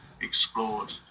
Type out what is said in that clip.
explored